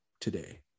today